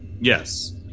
Yes